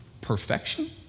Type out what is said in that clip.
perfection